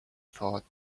thought